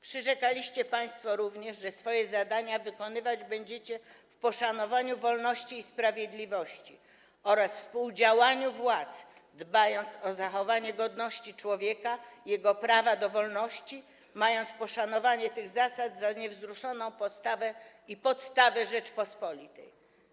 Przyrzekaliście państwo również, że swoje zadania wykonywać będziecie w poszanowaniu wolności, sprawiedliwości i współdziałania władz, dbając o zachowanie wolności człowieka, jego prawa do wolności, mając poszanowanie tych zasad za niewzruszoną podstawę Rzeczypospolitej.